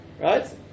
right